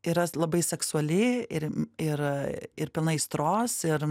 yra labai seksuali ir ir ir pilna aistros ir